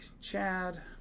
Chad